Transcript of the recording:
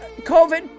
COVID